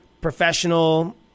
professional